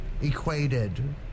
equated